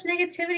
negativity